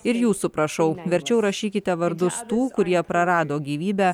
ir jūsų prašau verčiau rašykite vardus tų kurie prarado gyvybę